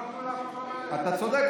לא נתנו לאף מקום ללכת --- אתה צודק,